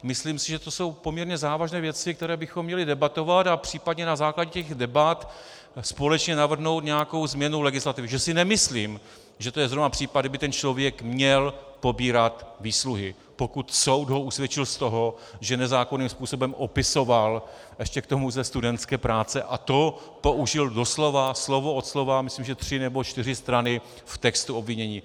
Myslím si, že to jsou poměrně závažné věci, o kterých bychom měli debatovat, a případně na základě těch debat společně navrhnout nějakou změnu legislativy, protože si nemyslím, že je to zrovna případ, kdy by ten člověk měl pobírat výsluhy, pokud ho soud usvědčil z toho, že nezákonným způsobem opisoval, a ještě k tomu ze studentské práce, a to použil doslova, slovo od slova, myslím že tři nebo čtyři strany, v textu obvinění.